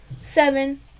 Seven